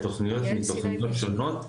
ותוכניות מתוכניות שונות,